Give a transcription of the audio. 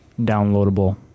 downloadable